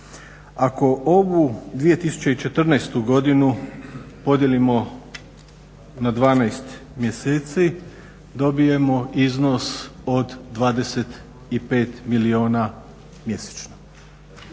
Ako ovu 2014.godinu podijelimo na 12 mjeseci dobijemo iznos od 25 milijuna mjesečno.